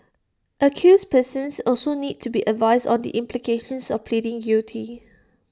accused persons also need to be advised on the implications of pleading guilty